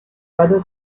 other